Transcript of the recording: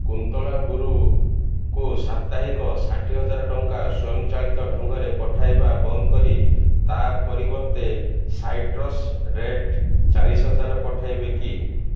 କୁନ୍ତଳା ଗୁରୁଙ୍କୁ ସାପ୍ତାହିକ ଷାଠିଏ ହଜାର ଟଙ୍କା ସ୍ୱୟଂ ଚାଳିତ ଢ଼ଙ୍ଗରେ ପଠାଇବା ବନ୍ଦ କରି ତା ପରିବର୍ତ୍ତେ ସାଇଟ୍ରସ୍ ରେଟ୍ ଚାଳିଶି ହଜାର ପଠାଇବେ କି